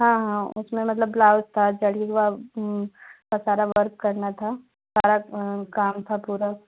हाँ हाँ उसमें मतलब ब्लाउज था जरी व का सारा वर्क करना था सारा काम था पूरा